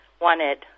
wanted